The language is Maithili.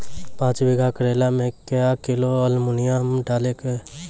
पाँच बीघा करेला मे क्या किलोग्राम एलमुनियम डालें?